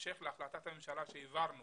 בהמשך להחלטת הממשלה שהעברנו